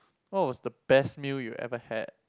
what was the best meal you ever had